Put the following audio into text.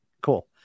Cool